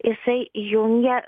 jisai jungia